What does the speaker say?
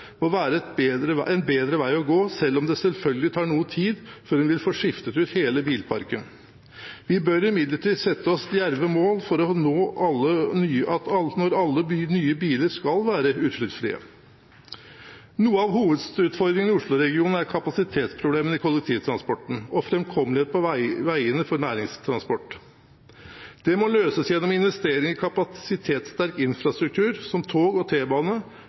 må være en bedre vei å gå, selv om det selvfølgelig tar noe tid før en vil få skiftet ut hele bilparken. Vi bør imidlertid sette oss djerve mål for at alle nye biler skal være utslippsfrie. Noe av hovedutfordringen i Oslo-regionen er kapasitetsproblemene i kollektivtransporten og framkommelighet på veiene for næringstransport. Det må løses gjennom investeringer i kapasitetssterk infrastruktur som tog og